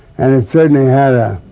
and it certainly had a